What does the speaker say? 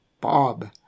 Bob